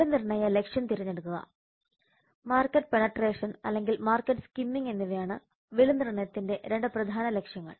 വിലനിർണ്ണയ ലക്ഷ്യം തിരഞ്ഞെടുക്കുക market penetration അല്ലെങ്കിൽ മാർക്കറ്റ് സ്കിമ്മിംഗ് എന്നിവയാണ് വിലനിർണ്ണയത്തിന്റെ രണ്ട് പ്രധാന ലക്ഷ്യങ്ങൾ